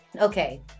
Okay